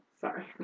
Sorry